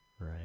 Right